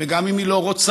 וגם אם היא לא רוצה,